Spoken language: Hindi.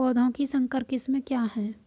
पौधों की संकर किस्में क्या हैं?